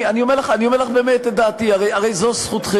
אני אומר לך באמת את דעתי, הרי זו זכותכם,